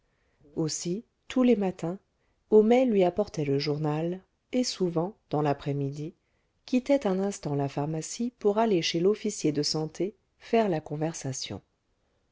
aussi tous les matins homais lui apportait le journal et souvent dans l'après-midi quittait un instant la pharmacie pour aller chez l'officier de santé faire la conversation